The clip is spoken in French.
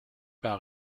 par